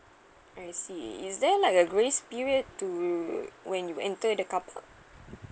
I see is there like a grace period to when you enter the car park